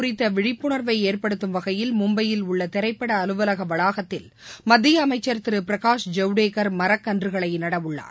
குறித்தவிழிப்புண்வைஏற்படுத்தும் வகையில் சுற்றுகுழல் மும்பையில் உள்ளதிரைப்பட அலுவலவளாகத்தில் மத்தியஅமைச்சள் திருபிரகாஷ் ஜவுடேகர் மரக்கன்றுகளைநடஉள்ளார்